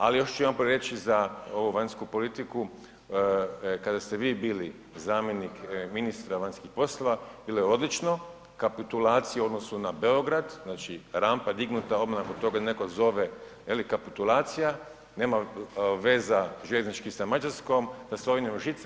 Ali još ću jedanput reći za ovu vanjsku politiku, kada ste vi bili zamjenik ministra vanjskih poslova bilo je odlično kapitulaciju u odnosu na Beograd, znači rampa dignuta, odmah nakon toga netko zove veli kapitulacija, nema veza željezničkih sa Mađarskom, sa Slovenijom žica.